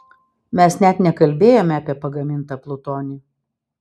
mes net nekalbėjome apie pagamintą plutonį